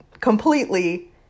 completely